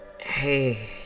Hey